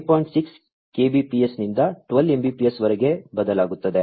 6 Kbps ನಿಂದ 12 Mbps ವರೆಗೆ ಬದಲಾಗುತ್ತದೆ